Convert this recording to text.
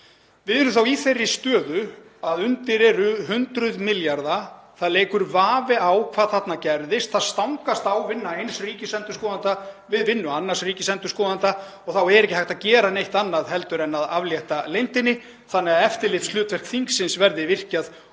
Við erum þá í þeirri stöðu að undir eru hundruð milljarða, það leikur vafi á hvað þarna gerðist. Vinna eins ríkisendurskoðanda stangast á við vinnu annars ríkisendurskoðanda og þá er ekki hægt að gera neitt annað heldur en að aflétta leyndinni þannig að eftirlitshlutverk þingsins verði virkjað